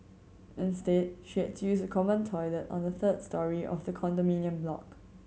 instead she had to use a common toilet on the third storey of the condominium block